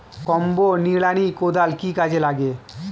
Combo নিড়ানি কোদাল কি কাজে লাগে?